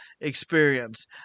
experience